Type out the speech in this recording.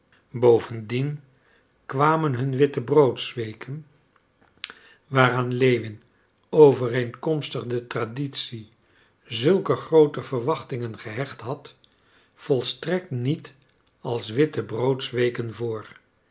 bovendien kwamen hun de wittebroodsweken waaraan lewin overeenkomstig de traditie zulke groote verwachtingen gehecht had volstrekt niet als wittebroodsweken voor